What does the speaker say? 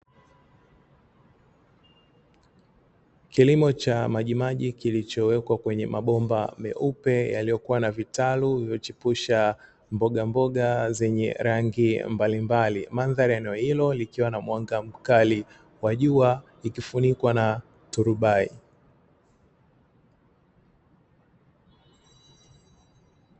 Kilimo cha maji maji lilichowekw akwenye mabomba meupe yaliyokuwa na vitalu vilivyochipusha mbogamboga zenye rangi mbalimbali, mandhari ya eneo hilo likiwa na mwana mkali wa jua ikifunikwa na turubai.